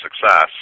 success